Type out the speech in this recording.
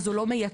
אז הוא לא מייקר,